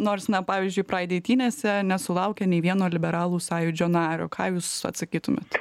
nors na pavyzdžiui pride eitynėse nesulaukė nei vieno liberalų sąjūdžio nario ką jūs atsakytumėt